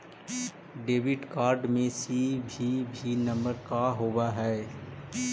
Debit card में CVV number का होव हइ?